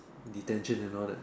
detention and all that